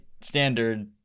standard